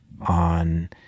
on